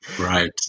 Right